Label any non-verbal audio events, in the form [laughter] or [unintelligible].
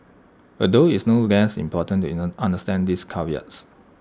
although it's no less important [unintelligible] understand these caveats